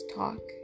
talk